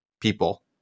people